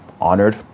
honored